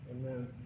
Amen